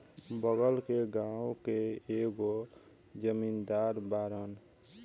बगल के गाँव के एगो जमींदार बाड़न